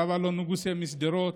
הרב אלון נגוסה משדרות,